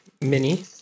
mini